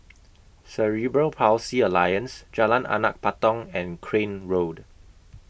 Cerebral Palsy Alliance Jalan Anak Patong and Crane Road